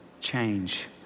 change